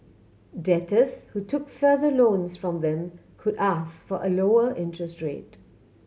debtors who took further loans from them could ask for a lower interest rate